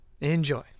enjoy